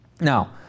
Now